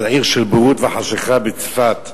על עיר של בורות וחשכה בצפת,